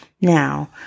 Now